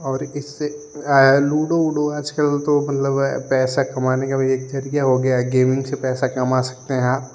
और इससे लूडो उडो आजकल तो मतलब पैसा कमाने का भी एक ज़रिया हो गया है गेमिन्ग से पैसा कमा सकते हैं आप